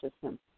system